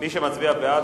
מי שמצביע בעד,